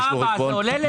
זה עולה לדיון.